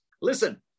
Listen